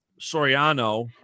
Soriano